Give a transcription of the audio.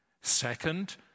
Second